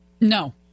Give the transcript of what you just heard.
No